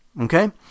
Okay